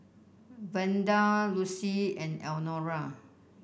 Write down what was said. Verda Lucy and Elnora